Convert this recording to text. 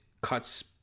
cuts